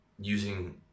using